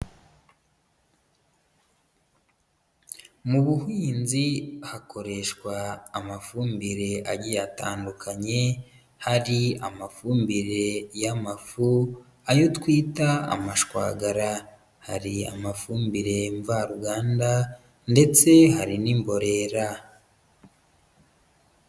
Mu buhinzi hakoreshwa amafumbire agiye atandukanye hari amafumbire y'amafu, ayo twita amashwagara, hari amafumbire mvaruganda ndetse hari n'imborera.